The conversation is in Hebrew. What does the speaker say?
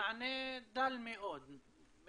מענה דל מאוד.